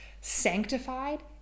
sanctified